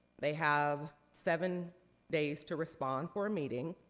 they have seven days to respond for a meeting.